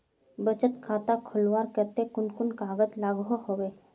बचत खाता खोलवार केते कुन कुन कागज लागोहो होबे?